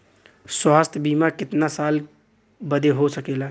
स्वास्थ्य बीमा कितना साल बदे हो सकेला?